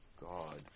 God